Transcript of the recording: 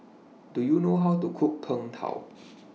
Do YOU know How to Cook Png Tao